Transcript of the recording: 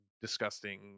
disgusting